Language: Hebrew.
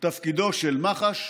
תפקידו של מח"ש.